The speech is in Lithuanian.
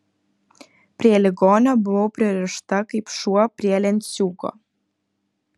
prie ligonio buvau pririšta kaip šuo prie lenciūgo